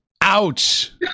ouch